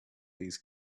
these